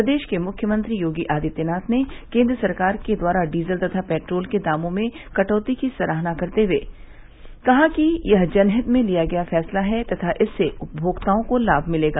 प्रदेश के मुख्यमंत्री योगी आदित्यनाथ ने केन्द्र सरकार के द्वारा डीजल तथा पेट्रोल के दामों में कटौती की सराहना करते हुए कहा कि यह जनहित में लिया गया फैसला है तथा इससे उपमोक्ताओं को लाम मिलेगा